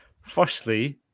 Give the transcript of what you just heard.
Firstly